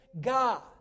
God